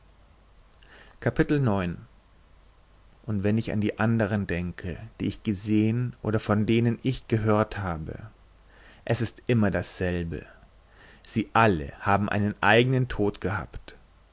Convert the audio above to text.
und wenn ich an die andern denke die ich gesehen oder von denen ich gehört habe es ist immer dasselbe sie alle haben einen eigenen tod gehabt